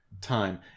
time